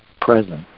present